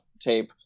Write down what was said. tape